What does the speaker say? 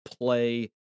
play